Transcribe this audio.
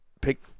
pick